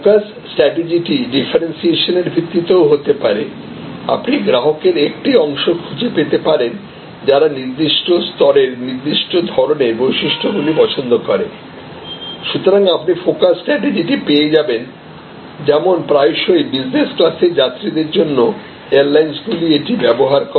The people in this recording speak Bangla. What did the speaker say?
ফোকাস স্ট্রাটেজিটি ডিফারেন্সিয়েশন এর ভিত্তিতেও হতে পারে আপনি গ্রাহকের একটি অংশ খুঁজে পেতে পারেন যারা নির্দিষ্ট স্তরের নির্দিষ্ট ধরণের বৈশিষ্ট্যগুলি পছন্দ করে সুতরাং আপনি ফোকাস স্ট্র্যাটিজি পেয়ে যাবেন যেমন প্রায়শই বিজনেস ক্লাস যাত্রীদের জন্য এয়ারলাইনস গুলি এটি ব্যবহার করে